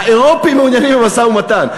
האירופים מעוניינים במשא-ומתן,